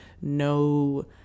no